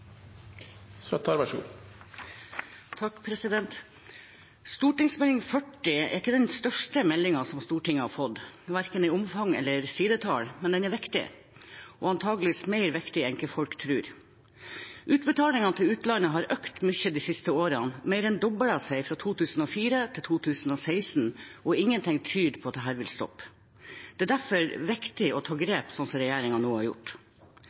ikke den største meldingen som Stortinget har fått, verken i omfang eller i sidetall, men den er viktig, antagelig viktigere enn folk tror. Utbetalingene til utlandet har økt mye de siste årene, mer enn doblet seg fra 2004 til 2016, og ingenting tyder på at dette vil stoppe. Det er derfor viktig å ta grep, slik regjeringen nå har gjort.